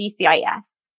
DCIS